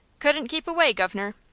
couldn't keep away, governor.